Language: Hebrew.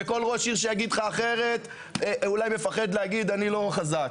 וכול ראש עיר שיגיד לך אחרת אולי מפחד להגיד שהוא לא חזק.